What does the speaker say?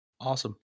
Awesome